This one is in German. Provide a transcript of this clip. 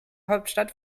hauptstadt